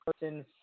person